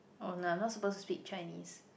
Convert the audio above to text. oh no I'm not supposed to speak Chinese